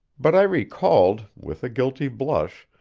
but i recalled, with a guilty blush,